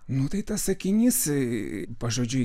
nu tai tas sakinys pažodžiui